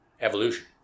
evolution